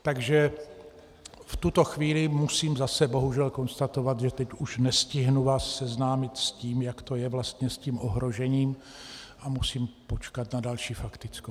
Takže v tuto chvíli musím zase bohužel konstatovat, že teď už vás nestihnu seznámit s tím, jak to je vlastně s tím ohrožením, a musím počkat na další faktickou.